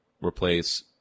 replace